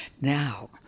Now